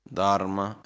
Dharma